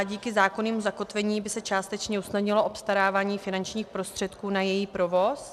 Díky zákonnému zakotvení by se částečně usnadnilo obstarávání finančních prostředků na její provoz.